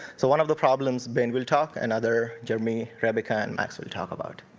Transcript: so one of the problems, ben will talk, and other, jeremy, rebecca, and max will talk about.